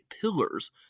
pillars